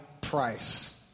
price